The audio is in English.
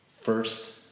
First